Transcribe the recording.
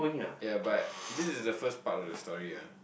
ya but this is the first part of the story ah